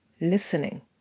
listening